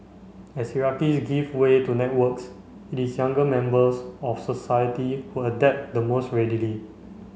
as hierarchies give way to networks it is younger members of society who adapt the most readily